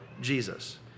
Jesus